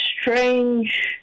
strange